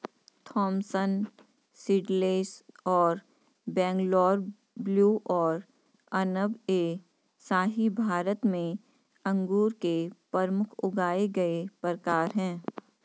Thompson seedless और Bangalore blue और अनब ए शाही भारत में अंगूर के प्रमुख उगाए गए प्रकार हैं